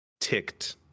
ticked